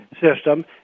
system